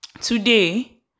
today